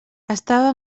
estava